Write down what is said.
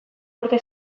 urte